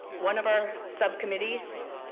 one of our subcommittees,